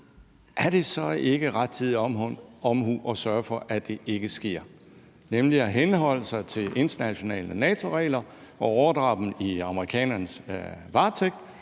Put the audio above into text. Er det så ikke rettidig omhu at sørge for, at det ikke sker, nemlig ved at henholde sig til internationale NATO-regler og overgive dem i amerikanernes varetægt,